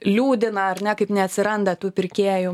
liūdina ar ne kaip neatsiranda tų pirkėjų